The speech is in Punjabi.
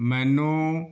ਮੈਨੂੰ